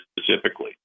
specifically